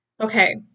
Okay